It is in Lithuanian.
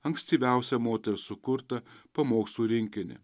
ankstyviausią moters sukurtą pamokslų rinkinį